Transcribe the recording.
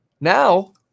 Now